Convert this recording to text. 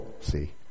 See